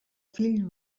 fill